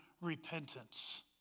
repentance